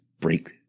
break